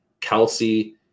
Kelsey